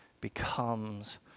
becomes